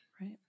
Right